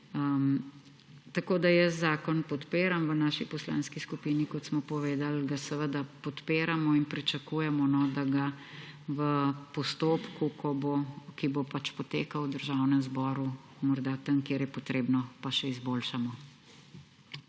dobijo. Jaz zakon podpiram. V naši poslanski skupini, kot smo povedali, ga seveda podpiramo in pričakujemo, da ga v postopku, ki bo potekal v Državnem zboru, morda tam, kjer je treba, pa še izboljšamo.